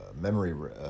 memory